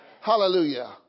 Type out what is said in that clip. Hallelujah